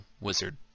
wizard